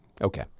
okay